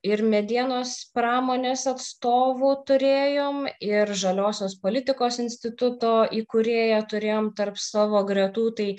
ir medienos pramonės atstovų turėjom ir žaliosios politikos instituto įkūrėją turėjom tarp savo gretų tai